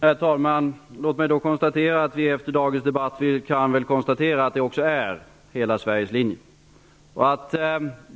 Herr talman! Låt mig konstatera att det efter dagens debatt också är hela Sveriges linje.